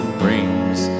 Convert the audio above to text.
brings